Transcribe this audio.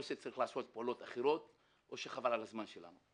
או שצריך לעשות פעולות אחרות או שחבל על הזמן שלנו.